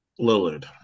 Lillard